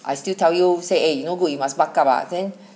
I still tell you say eh you no good you must buck up ah